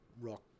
rock